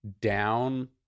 down